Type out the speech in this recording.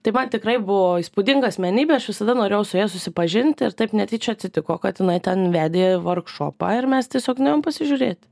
tai man tikrai buvo įspūdinga asmenybė aš visada norėjau su ja susipažinti ir taip netyčia atsitiko kad jinai ten vedė vorkšopą ir mes tiesiog nuėjom pasižiūrėti